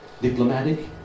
diplomatic